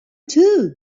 too